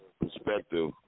perspective